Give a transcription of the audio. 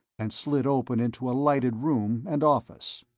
and slid open into a lighted room and office.